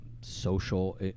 social